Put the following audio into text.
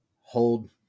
hold